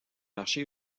marché